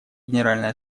генеральной